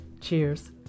Cheers